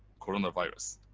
corona virus.